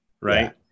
right